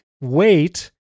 wait